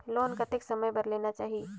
Loan कतेक समय बर लेना चाही?